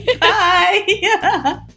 Bye